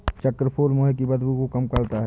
चक्रफूल मुंह की बदबू को कम करता है